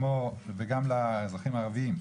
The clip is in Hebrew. וגם לאזרחים הערבים,